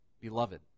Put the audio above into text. beloved